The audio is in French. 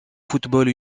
football